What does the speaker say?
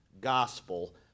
gospel